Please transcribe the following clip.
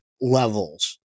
levels